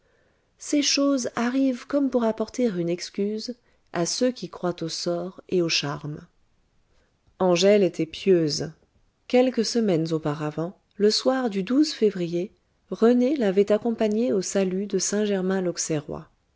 ces choses arrivent comme pour apporter une excuse à ceux qui croient aux sorts et aux charmes angèle était pieuse quelques semaines auparavant le soir du février rené l'avait accompagnée au salut de